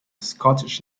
scottish